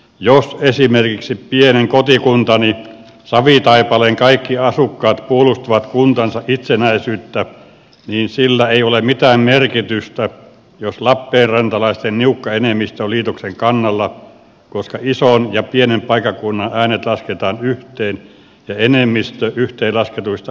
jos esimerkiksi pienen kotikuntani savitaipaleen kaikki asukkaat puolustavat kuntansa itsenäisyyttä niin sillä ei ole mitään merkitystä jos lappeenrantalaisten niukka enemmistö on liitoksen kannalla koska ison ja pienen paikkakunnan äänet lasketaan yhteen ja enemmistö yhteenlasketuista äänistä ratkaisee